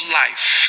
life